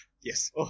Yes